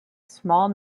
small